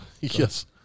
Yes